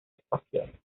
espacial